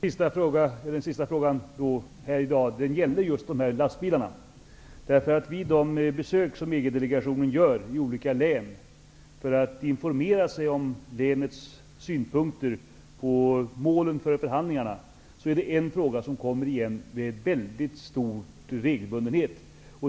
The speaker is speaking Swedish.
Herr talman! Den sista frågan här i dag gällde just lastbilarna. Vid de besök som EG-delegationen gör i olika län för att informera sig om länets synpunkter på målen för förhandlingarna, är det en fråga som återkommer med väldigt stor regelbundenhet.